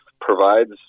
provides